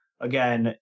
again